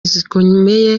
zikomeye